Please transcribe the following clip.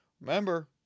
Remember